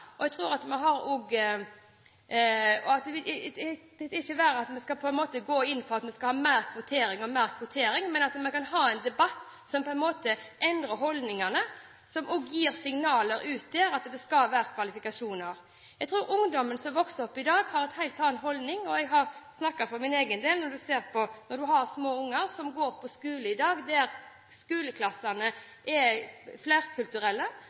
og jeg tror at det er ikke verre enn at vi ikke skal gå inn for at vi skal ha mer kvotering og mer kvotering, men at vi kan ha en debatt som endrer holdningene, som også gir signaler ut om at det skal være kvalifikasjoner som teller. Jeg tror ungdom som vokser opp i dag, har en helt annen holdning. Jeg snakker for min egen del. Når man har små unger som går på skole i dag der skoleklassene